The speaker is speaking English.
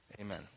Amen